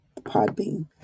Podbean